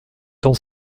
temps